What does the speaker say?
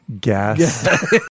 gas